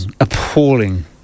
Appalling